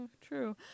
true